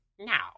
Now